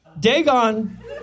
Dagon